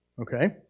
Okay